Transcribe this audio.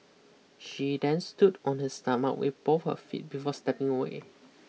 she then stood on his stomach with both of her feet before stepping away